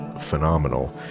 phenomenal